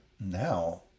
now